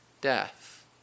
death